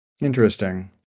Interesting